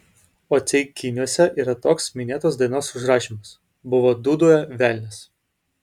o ceikiniuose yra ir toks minėtos dainos užrašymas buvo dūdoje velnias